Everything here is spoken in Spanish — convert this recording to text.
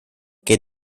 que